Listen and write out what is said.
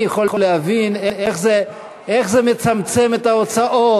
אני יכול להבין איך זה מצמצם את ההוצאות,